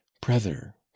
brother